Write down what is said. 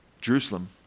Jerusalem